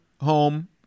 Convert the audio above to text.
home